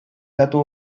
datu